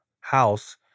house